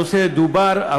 הנושא דובר,